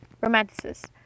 romanticist